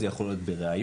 זה יכול להיות בריאיון,